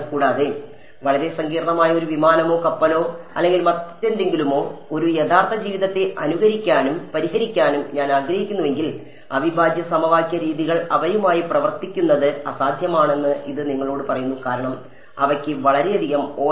കൂടാതെ വളരെ സങ്കീർണ്ണമായ ഒരു വിമാനമോ കപ്പലോ അല്ലെങ്കിൽ മറ്റെന്തെങ്കിലുമോ ഒരു യഥാർത്ഥ ജീവിതത്തെ അനുകരിക്കാനും പരിഹരിക്കാനും ഞാൻ ആഗ്രഹിക്കുന്നുവെങ്കിൽ അവിഭാജ്യ സമവാക്യ രീതികൾ അവയുമായി പ്രവർത്തിക്കുന്നത് അസാധ്യമാണെന്ന് ഇത് നിങ്ങളോട് പറയുന്നു കാരണം അവയ്ക്ക് വളരെയധികം vs